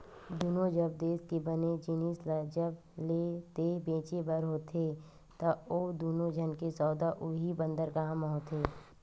दुनों जब देस के बने जिनिस ल जब लेय ते बेचें बर होथे ता ओ दुनों झन के सौदा उहीं बंदरगाह म होथे